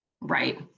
Right